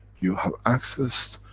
you have access,